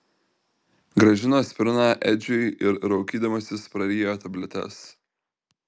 grąžino aspiriną edžiui ir raukydamasis prarijo tabletes